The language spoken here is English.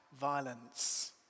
violence